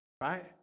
Right